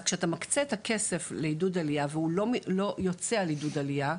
אז כשאתה מקצה את הכסף לעידוד עלייה והוא לא יוצא על עידוד עלייה,